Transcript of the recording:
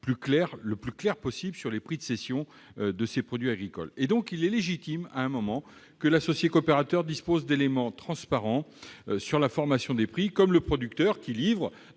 la plus claire possible, sur les prix de cession des produits agricoles. Il est donc légitime à un moment donné que l'associé-coopérateur dispose d'éléments transparents sur la formation des prix, comme le producteur qui livre